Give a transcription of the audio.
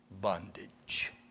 bondage